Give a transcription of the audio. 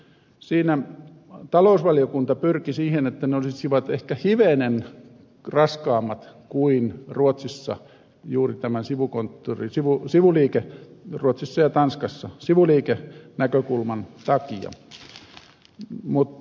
siinä talousvaliokunta pyrki siihen että ne olisivat ehkä hivenen raskaammat kuin ruotsissa juuri tämän sivukonttori sivu sivun eikä verotus ja tanskassa juuri tämän sivuliikenäkökulman takia